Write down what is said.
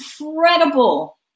incredible